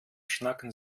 schnacken